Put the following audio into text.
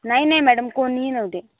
नाही नाही मॅडम कोणीही नव्हते